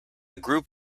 group